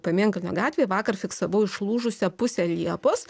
pamėnkalnio gatvėje vakar fiksavau išlūžusią pusę liepos